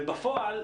ובפועל,